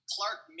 Clark